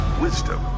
wisdom